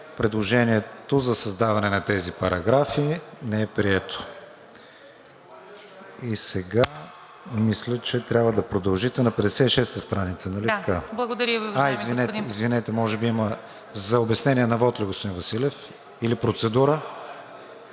Предложението за създаване на тези параграфи не е прието. Мисля, че трябва да продължите на страница 56, нали така? Извинете, може би има – за обяснение на вот ли, господин Василев, или процедура?